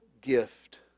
gift